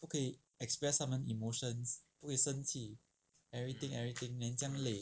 不可以 express 他们 emotions 不会生气 everything everything then 这样累